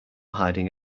hiding